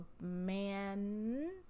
man